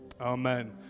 Amen